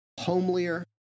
homelier